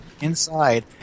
inside